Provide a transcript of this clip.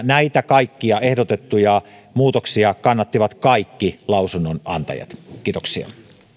näitä kaikkia ehdotettuja muutoksia kannattivat kaikki lausunnonantajat kiitoksia